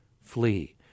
flee